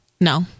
No